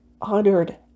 honored